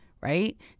right